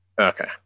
Okay